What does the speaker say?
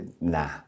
nah